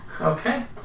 Okay